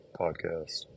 podcast